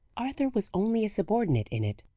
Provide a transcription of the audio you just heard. arthur was only a subordinate in it,